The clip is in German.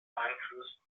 einfluss